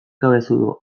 cabezudo